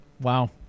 Wow